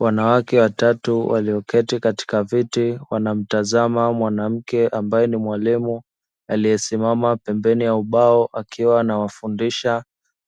Wanawake watatu walioketi katika viti wanamtazama mwanamke ambaye ni mwalimu aliyesimama pembeni ya ubao, akiwa anawafundisha